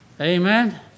Amen